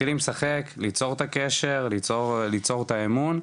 מתחילים לשחק, ליצור את הקשר, ליצור את האמון.